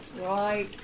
Right